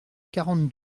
quarante